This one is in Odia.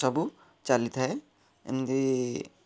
ସବୁ ଚାଲିଥାଏ ଏମିତି